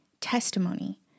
testimony